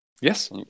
Yes